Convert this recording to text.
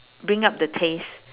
bring up the taste